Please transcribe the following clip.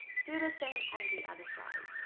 do the same on the other side